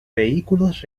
vehículos